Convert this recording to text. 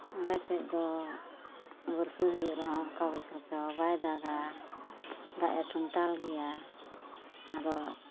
ᱟᱞᱮ ᱥᱮᱫ ᱫᱚ ᱵᱟᱹᱨᱥᱟᱹ ᱦᱩᱭᱩᱜ ᱨᱮᱦᱚᱸ ᱚᱠᱟ ᱵᱚᱥᱚᱨ ᱪᱚ ᱵᱟᱭ ᱫᱟᱜᱟ ᱫᱟᱜᱼᱮ ᱴᱷᱚᱱᱴᱟᱞ ᱜᱮᱭᱟ ᱟᱫᱚ